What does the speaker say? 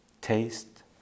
taste